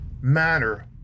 matter